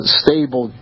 stable